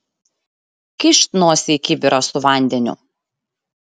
kyšt nosį į kibirą su vandeniu